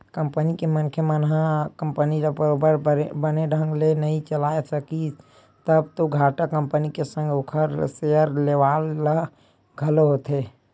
company के मनखे मन ह कंपनी ल बरोबर बने ढंग ले नइ चलाय सकिस तब तो घाटा कंपनी के संग ओखर सेयर लेवाल ल घलो होथे